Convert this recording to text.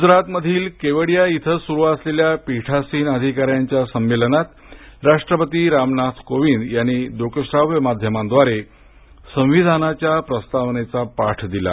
गुजरातमधील केवडिया इथं सुरु असलेल्या पीठासीन अधिकाऱ्यांच्या संमेलनात राष्ट्रपती रामनाथ कोविंद यांनी दृक्शाव्य माध्यमाद्वारे संविधानाच्या प्रस्तावनेचा पाठ दिला